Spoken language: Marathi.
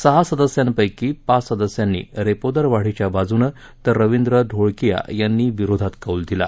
सहा सदस्यांपैकी पाच सदस्यांनी रेपोदर वाढीच्या बाजूनं तर रविन्द्र धोळकीया यांनी विरोधात कौल दिला